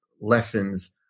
lessons